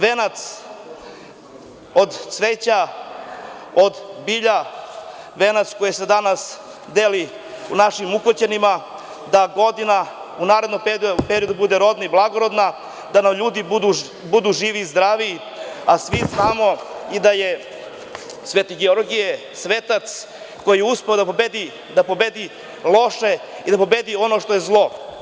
Venac od cveća, od bilja, venac koji se danas deli našim ukućanima da godina u narednom periodu bude rodna i blagorodna, da nam ljudi budu živi i zdravi, a svi znamo da je i Sveti Georgije, svetac koji je uspeo da pobedi loše i da pobedi ono što je zlo.